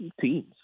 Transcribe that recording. teams